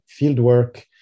fieldwork